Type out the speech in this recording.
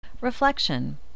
Reflection